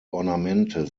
ornamente